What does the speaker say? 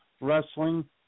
Wrestling